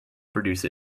produce